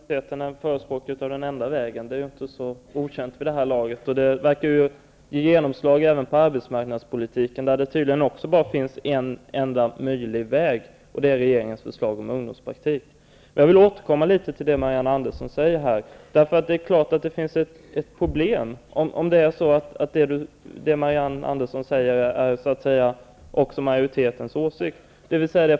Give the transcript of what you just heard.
Herr talman! Att den borgerliga majoriteten förespråkar ''den enda vägen'' är inte okänt vid det här laget. Det verkar ge genomslag även inom arbetsmarknadspolitiken. Där finns tydligen också bara en enda möjlig väg, och det är regeringens förslag om ungdomspraktik. Jag vill återkomma till det Marianne Andersson har sagt här. Det är klart att det finns ett problem, om det Marianne Andersson säger också är majoritetens åsikt.